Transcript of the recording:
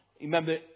Remember